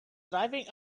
driving